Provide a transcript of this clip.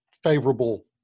favorable